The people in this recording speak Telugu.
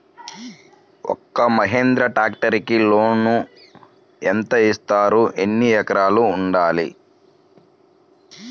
ఒక్క మహీంద్రా ట్రాక్టర్కి లోనును యెంత ఇస్తారు? ఎన్ని ఎకరాలు ఉండాలి?